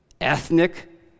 ethnic